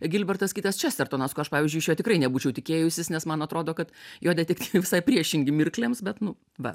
gilbertas kitas čestertonas ko aš pavyzdžiui iš jo tikrai nebūčiau tikėjusis nes man atrodo kad jo detektyvai visai priešingi mirklėms bet nu va